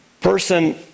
person